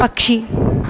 പക്ഷി